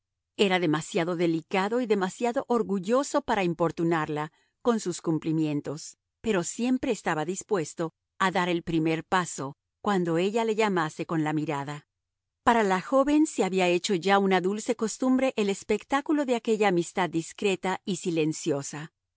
era demasiado delicado y demasiado orgulloso para importunarla con sus cumplimientos pero siempre estaba dispuesto a dar el primer paso cuando ella le llamase con la mirada para la joven se había hecho ya una dulce costumbre el espectáculo de aquella amistad discreta y silenciosa